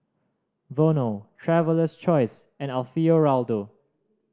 Vono Traveler's Choice and Alfio Raldo